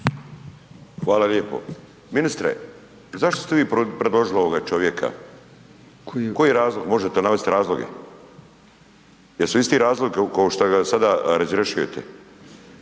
Hvala lijepo. Ministre, zašto ste vi predložili ovoga čovjeka, koji je razlog, možete navest razloge? Jesu isti razlogi kao šta ga sada razrješujete?